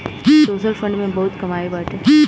social fund में बहुते कमाई बाटे